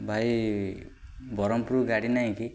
ଭାଇ ବ୍ରହ୍ମପୁର ଗାଡ଼ି ନାହିଁ କିି